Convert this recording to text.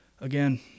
again